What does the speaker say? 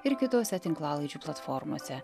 ir kitose tinklalaidžių platformose